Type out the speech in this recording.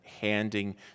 handing